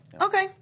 Okay